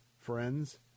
friends